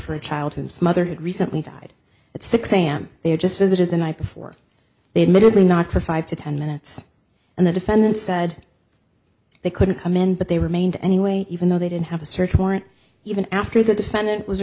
for a child whose mother had recently died at six am they were just visited the night before they admitted me not for five to ten minutes and the defendant said they couldn't come in but they remained anyway even though they didn't have a search warrant even after the defendant was